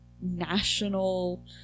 national